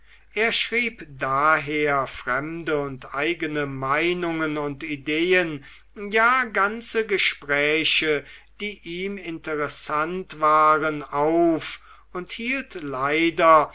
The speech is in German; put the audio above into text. er schrieb daher fremde und eigene meinungen und ideen ja ganze gespräche die ihm interessant waren auf und hielt leider